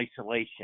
isolation